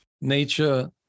Nature